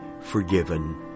forgiven